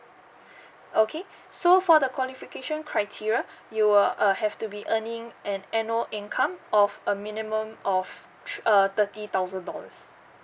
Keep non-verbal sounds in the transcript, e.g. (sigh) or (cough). (breath) okay so for the qualification criteria you will uh have to be earning an annual income of a minimum of thr~ uh thirty thousand dollars